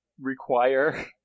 require